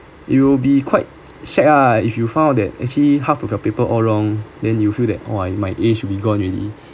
you'll be quite sad ah if you found that actually half of your paper all wrong then you feel that oh my A should be gone already